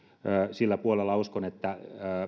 sillä puolella uskon että